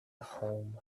home